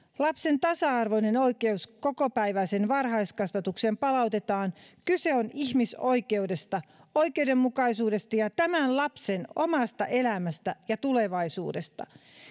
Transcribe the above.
lapsen tasa arvoinen oikeus kokopäiväiseen varhaiskasvatukseen palautetaan kyse on ihmisoikeudesta oikeudenmukaisuudesta ja tämän lapsen omasta elämästä ja tulevaisuudesta